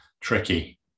tricky